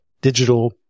digital